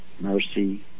mercy